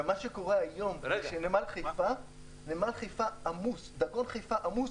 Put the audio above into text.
מה שקורה היום זה שנמל חיפה, דגון חיפה, עמוס